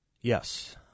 Yes